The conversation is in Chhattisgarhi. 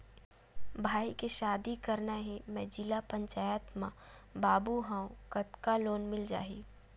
भाई के शादी करना हे मैं जिला पंचायत मा बाबू हाव कतका लोन मिल जाही?